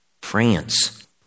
France